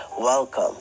welcome